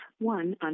one